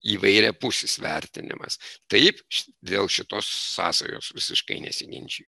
įvairiapusis vertinimas taip dėl šitos sąsajos visiškai nesiginčiju